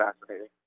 fascinating